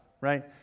Right